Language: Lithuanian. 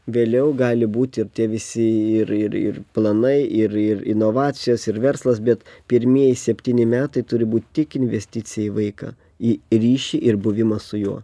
vėliau gali būt ir tie visi ir ir ir planai ir ir inovacijos ir verslas bet pirmieji septyni metai turi būt tik investicija į vaiką į ryšį ir buvimą su juo